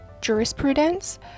jurisprudence